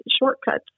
shortcuts